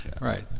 right